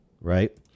right